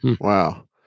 wow